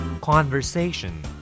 conversation